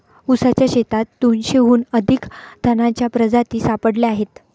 ऊसाच्या शेतात दोनशेहून अधिक तणांच्या प्रजाती सापडल्या आहेत